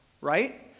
right